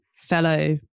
fellow